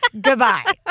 Goodbye